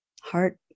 Heart